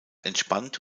entspannt